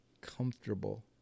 comfortable